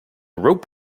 rope